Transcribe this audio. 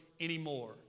anymore